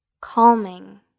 calming